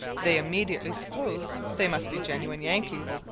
they immediately suppose they must be genuine yankees,